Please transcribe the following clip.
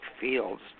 fields